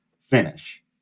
finish